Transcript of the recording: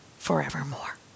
forevermore